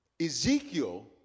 Ezekiel